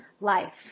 life